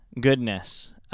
goodness